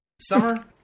summer